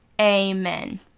Amen